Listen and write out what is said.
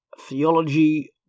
Theology